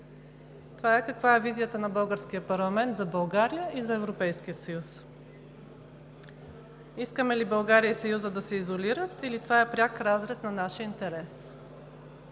това е каква е визията на българския парламент за България и за Европейския съюз, искаме ли България и Съюзът да се изолират, или това е в пряк разрез на нашия интерес,